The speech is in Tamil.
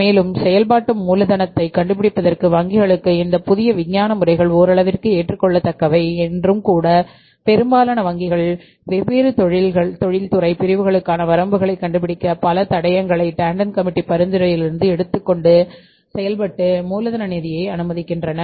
மேலும் செயல்பாட்டு மூலதனத்தைக் கண்டுபிடிப்பதற்கு வங்கிகளுக்கு இந்த புதிய விஞ்ஞான முறைகள் ஓரளவிற்கு ஏற்றுக்கொள்ளத்தக்கவை இன்றும் கூட பெரும்பாலான வங்கிகள் வெவ்வேறு தொழில்துறை பிரிவுகளுக்கான வரம்புகளைக் கண்டுபிடிக்க பல தடயங்களை டாண்டன் கமிட்டி பரிந்துரைகளிலிருந்து எடுத்துக்கொண்டு செயல்பாட்டு மூலதன நிதியை அனுமதிக்கின்றன